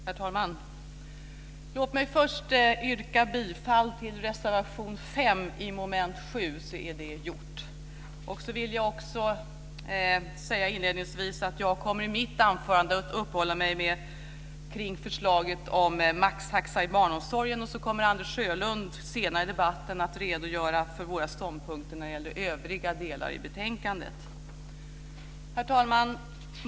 Herr talman! Låt mig först yrka bifall till reservation 5 under mom. 7, så är det gjort. Jag vill också säga inledningsvis att jag i mitt anförande kommer att uppehålla mig vid förslaget om maxtaxa i barnomsorgen. Anders Sjölund kommer senare i debatten att redogöra för våra ståndpunkter när det gäller övriga delar i betänkandet. Herr talman!